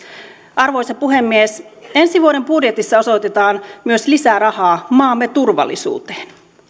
arvoisa puhemies ensi vuoden budjetissa osoitetaan myös lisää rahaa maamme turvallisuuteen